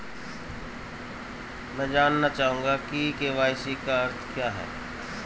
मैं जानना चाहूंगा कि के.वाई.सी का अर्थ क्या है?